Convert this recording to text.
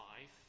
life